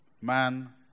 Man